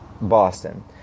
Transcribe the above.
Boston